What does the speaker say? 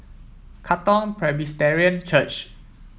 Katong Presbyterian Church